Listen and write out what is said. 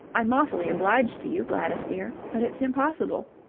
i'm awfully obliged to you, gladys dear, but it's impossible.